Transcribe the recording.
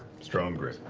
strong grip.